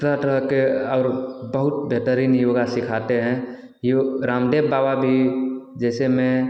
तरह तरह के और बहुत बेहतरीन योगा सिखाते हैं यो रामदेव बाबा भी जैसे मैं